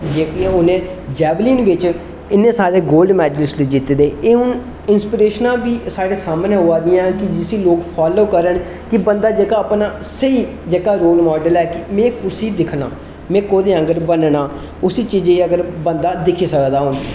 जेहकी उ'नें जैबलिन बिच्च इन्ने सारे गोल्ड मेडलिस्ट जित्ते दे एह् हून इंसीपरेशनां बी साढ़े सामने आवा दियां कि जिसी लोक फालो करना कि बंदा जेहका अपना स्हेई जेहक रोल माडल ऐ कि में कुसी दिक्खना में कोह्दे आंह्ङर बनना उसी चीजा गी बंदा दिक्खी सकना हून